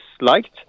liked